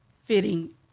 fitting